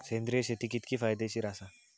सेंद्रिय शेती कितकी फायदेशीर आसा?